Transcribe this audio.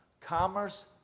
Commerce